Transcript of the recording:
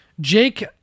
Jake